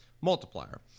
multiplier